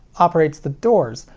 operates the doors.